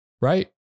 Right